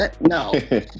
No